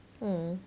hmm